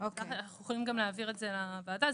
אנחנו יכולים להעביר את זה לוועדה.